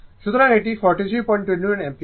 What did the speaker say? সুতরাং এটি 4329 অ্যাম্পিয়ার